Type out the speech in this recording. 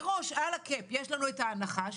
מראש על הקאפ יש לנו את ההנחה,